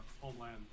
homeland